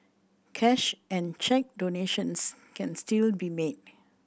cash and cheque donations can still be made